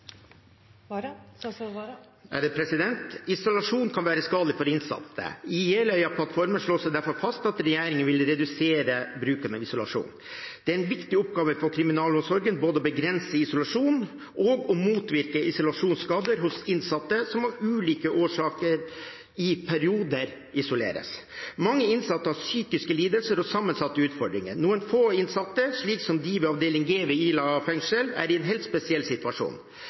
kan være skadelig for de innsatte. I Jeløya-plattformen slås det derfor fast at regjeringen vil redusere bruken av isolasjon. Det er en viktig oppgave for kriminalomsorgen både å begrense bruken av isolasjon og å motvirke isolasjonsskader hos innsatte som av ulike årsaker i perioder isoleres. Mange innsatte har psykiske lidelser og sammensatte utfordringer. Noen få innsatte, som de ved avdeling G ved Ila fengsel, er i en helt spesiell situasjon.